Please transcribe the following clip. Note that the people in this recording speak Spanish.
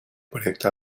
proyecto